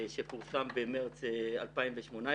דוח שפורסם במרץ 2018,